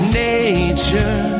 nature